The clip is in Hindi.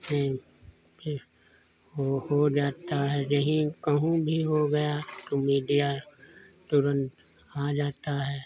फ़िर फ़िर वो हो जाता है यही कहीं भी हो गया तो मीडिया तुरंत आ जाता है